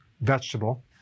vegetable